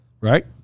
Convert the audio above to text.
right